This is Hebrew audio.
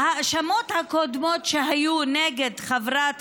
בהאשמות הקודמות שהיו נגד חברת